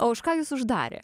o už ką jus uždarė